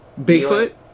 bigfoot